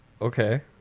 okay